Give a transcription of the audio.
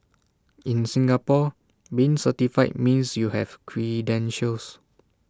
in Singapore being certified means you have credentials